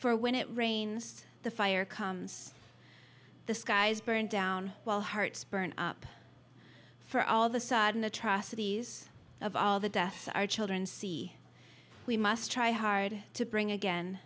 for when it rains the fire comes the sky's burned down while hearts burned up for all the sodden atrocities of all the deaths our children see we must try hard to bring again